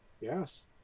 yes